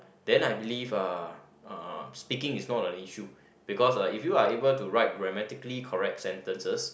then I believe uh speaking is not an issue because uh if you are able to write grammatically correct sentences